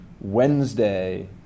Wednesday